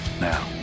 Now